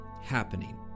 happening